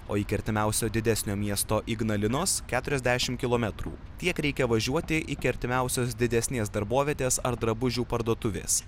o iki artimiausio didesnio miesto ignalinos keturiasdešimt kilometrų tiek reikia važiuoti iki artimiausios didesnės darbovietės ar drabužių parduotuvės